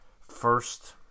first